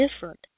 different